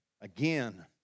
Again